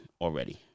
already